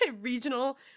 regional